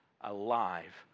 alive